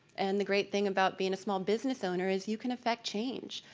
and the great thing about being a small business owner is you can affect change.